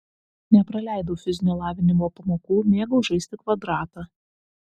nepraleidau fizinio lavinimo pamokų mėgau žaisti kvadratą